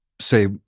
say